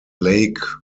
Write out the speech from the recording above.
lake